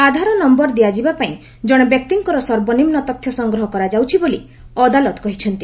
ଆଧାର number ଦିଆଯିବାପାଇଁ ଜଣେ ବ୍ୟକ୍ତିଙ୍କର ସର୍ବନିମ୍ନ ତଥ୍ୟ ସଂଗ୍ରହ କରାଯାଉଛି ବୋଲି ଅଦାଲତ କହିଛନ୍ତି